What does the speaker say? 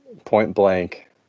point-blank